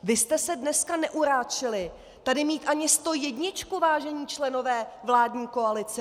Vy jste se dneska neuráčili tady mít ani stojedničku, vážení členové vládní koalice!